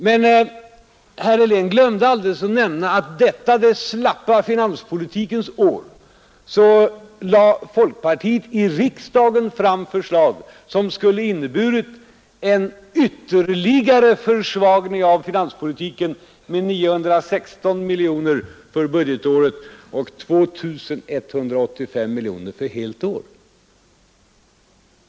Men herr Helén glömde att nämna att i detta den slappa finanspolitikens år lade folkpartiet i riksdagen fram förslag, som skulle ha inneburit en ytterligare försvagning av finanspolitiken med 916 miljoner för budgetåret och 2 185 miljoner för helt år.